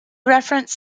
referenced